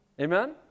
Amen